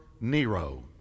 nero